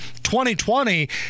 2020